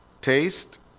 taste